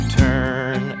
turn